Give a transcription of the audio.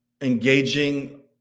engaging